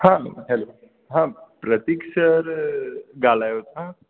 हा हेलो हा प्रतीक सर ॻाल्हायो था